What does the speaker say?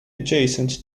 adjacent